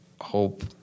hope